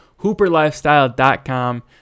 hooperlifestyle.com